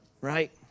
right